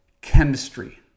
chemistry